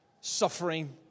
suffering